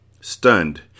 Stunned